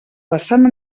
vessant